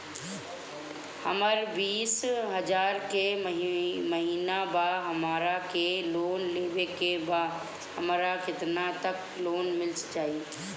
हमर बिस हजार के महिना बा हमरा के लोन लेबे के बा हमरा केतना तक लोन मिल जाई?